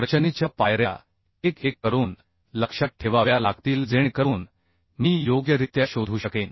रचनेच्या पायऱ्या एक एक करून लक्षात ठेवाव्या लागतील जेणेकरून मी योग्यरित्या शोधू शकेन